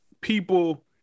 people –